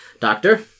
doctor